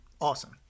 awesome